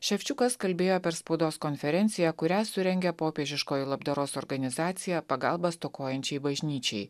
ševčiukas kalbėjo per spaudos konferenciją kurią surengė popiežiškoji labdaros organizacija pagalba stokojančiai bažnyčiai